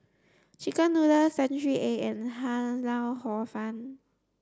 chicken noodles century egg and Ham Lau Hor fun